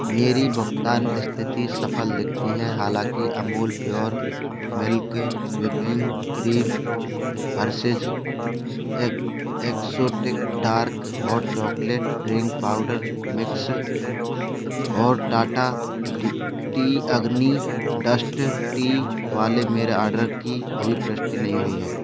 मेरी भुगतान स्थिति सफल दिखती है हालाँकि Amul pure milk whipping cream Hershey's exotic dark hot chocolate drink powder mix और टाटा डि टी अग्नि डष्ट टी वाले मेरे आर्डर की अभी पुष्टि नहीं हुई है